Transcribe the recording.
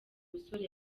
musore